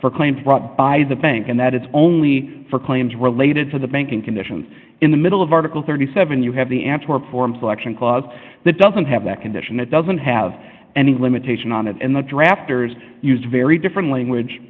brought by the bank and that it's only for claims related to the banking conditions in the middle of article thirty seven you have the antwerp form selection clause that doesn't have that condition it doesn't have any limitation on it and the drafters used very different language